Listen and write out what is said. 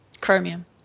Chromium